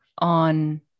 on